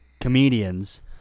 comedians